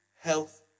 health